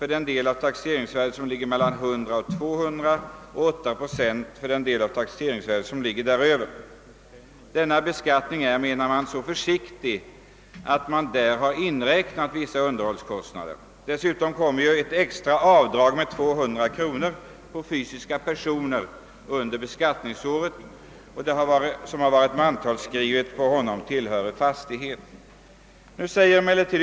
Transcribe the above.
För den del av taxeringsvärdet som ligger mellan 100 000 och 200 000 kronor upptas bruttointäkten till 4 procent och för den del av taxeringsvärdet som ligger över 200 000 kronor till 8 procent. Denna inkomstberäkning anses vara så pass lågt tilltagen, att den bör kompensera vissa underhållskostnader. Är fastighetsägaren fysisk person, som är mantalsskriven på fastigheten, medges dessutom ett extra avdrag med 200 kronor.